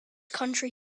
county